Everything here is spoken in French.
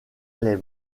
les